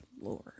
Lord